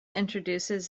introduces